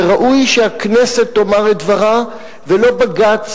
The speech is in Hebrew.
וראוי שהכנסת תאמר את דברה ולא בג"ץ,